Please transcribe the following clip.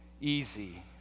easy